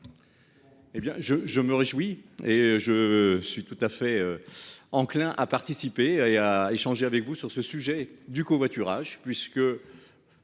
Eh bien je, je me réjouis et je suis tout à fait. Enclin à participer et à échanger avec vous sur ce sujet du covoiturage puisque.